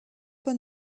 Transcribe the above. bon